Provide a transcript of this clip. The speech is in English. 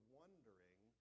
wondering